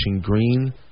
green